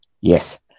yes